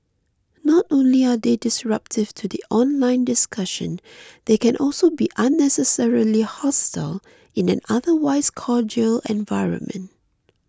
not only are they disruptive to the online discussion they can also be unnecessarily hostile in an otherwise cordial environment